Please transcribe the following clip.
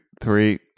three